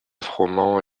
froment